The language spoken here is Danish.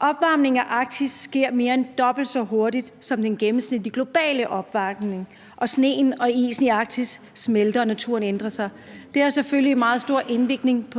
Opvarmningen af Arktis sker mere end dobbelt så hurtigt som den gennemsnitlige globale opvarmning, og sneen og isen i Arktis smelter og naturen ændrer sig. Det har selvfølgelig meget stor